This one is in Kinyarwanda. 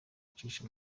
ucisha